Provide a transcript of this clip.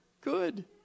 good